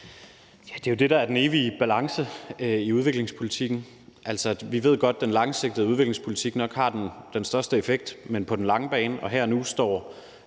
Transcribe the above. Det er jo det, der er den evige balance i udviklingspolitikken. Vi ved godt, at den langsigtede udviklingspolitik nok har den største effekt, men på den lange bane. Og her og nu står